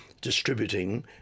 distributing